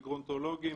לגרונטולוגים,